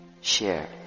share